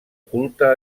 culte